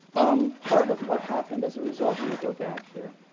um part of what happened as a result let me go back here